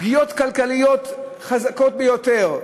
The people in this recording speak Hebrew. פגיעות כלכליות חזקות ביותר,